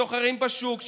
סוחרים בשוק,